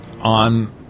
on